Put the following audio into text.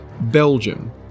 Belgium